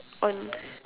on